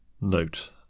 Note